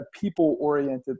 people-oriented